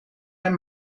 mijn